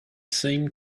same